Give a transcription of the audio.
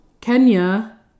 Kenya